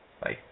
Bye